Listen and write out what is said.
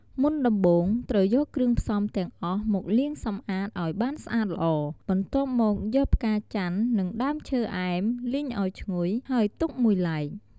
មុនដំបូងត្រូវយកគ្រឿងផ្សំទាំងអស់មកលាងសម្អាតឲ្យបានស្អាតល្អ បន្ទាប់មកយកផ្កាចាន់ និងដើមឈើអែម លីងឲ្យឈ្ងុយ ហើយទុកមួយឡែក។